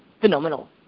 phenomenal